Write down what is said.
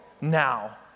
now